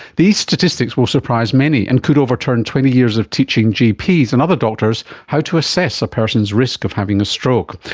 these statistics will surprise many and could overturn twenty years of teaching gps and other doctors how to assess a person's risk of having a stroke.